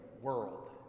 world